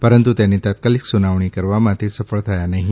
પરંતુ તેની તાત્કાલિક સુનાવણી કરાવવામાં તે સફળ થયા નહી